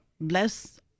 bless